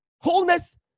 wholeness